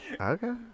Okay